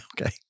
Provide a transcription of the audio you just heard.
Okay